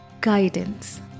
guidance